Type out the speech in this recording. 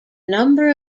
number